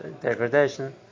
degradation